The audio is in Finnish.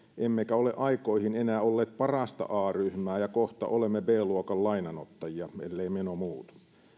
emmekä ole enää aikoihin olleet parasta a ryhmää ja kohta olemme b luokan lainanottajia ellei meno muutu